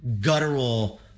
guttural